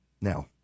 Now